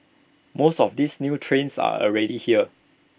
most of these new trains are already here